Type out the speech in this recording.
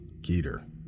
Keter